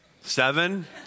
Seven